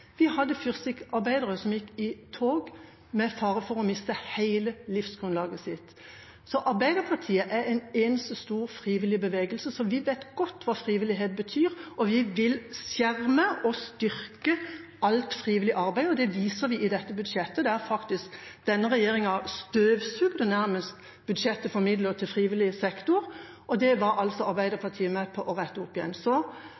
som gikk i tog, med fare for å miste hele livsgrunnlaget sitt. Arbeiderpartiet er en eneste stor frivillig bevegelse, så vi vet godt hva frivillighet betyr, og vi vil skjerme og styrke alt frivillig arbeid. Det viser vi i dette budsjettet, der faktisk denne regjeringa nærmest har støvsugd budsjettet for midler til frivillig sektor. Det er Arbeiderpartiet med på å rette opp igjen. Så